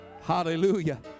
Hallelujah